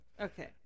Okay